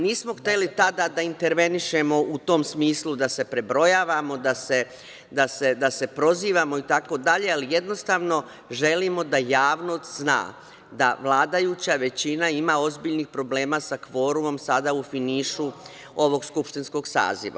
Nismo hteli tada da intervenišemo u tom smislu da se prebrojavamo, da se prozivamo itd, ali jednostavno želimo da javnost zna da vladajuća većina ima ozbiljnih problema sa kvorumom sada u finišu ovog skupštinskog saziva.